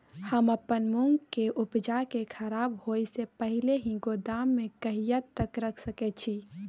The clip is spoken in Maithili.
हम अपन मूंग के उपजा के खराब होय से पहिले ही गोदाम में कहिया तक रख सके छी?